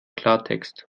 klartext